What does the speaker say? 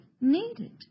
needed